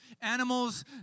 Animals